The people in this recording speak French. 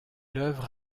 œuvre